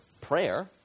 prayer